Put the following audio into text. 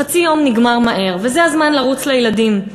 חצי יום נגמר מהר, וזה הזמן לרוץ לילדים.